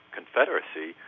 Confederacy